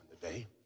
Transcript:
today